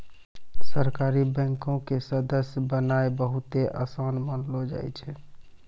सहकारी बैंको के सदस्य बननाय बहुते असान मानलो जाय छै